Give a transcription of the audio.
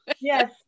yes